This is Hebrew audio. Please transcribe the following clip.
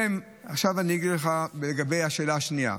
עכשיו אענה לך על השאלה השנייה,